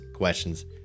questions